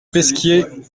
pesquier